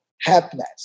happiness